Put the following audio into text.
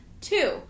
Two